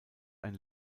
ein